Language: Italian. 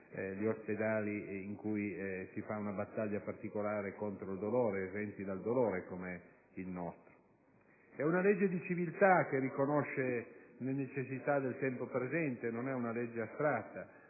negli ospedali in cui si fa un battaglia particolare contro il dolore come i nostri. È una legge di civiltà, che riconosce le necessità del tempo presente, non è una legge astratta